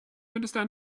understand